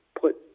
put